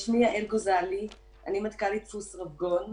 שמי יעל גוזלי, אני מנכ"לית דפוס "רבגון".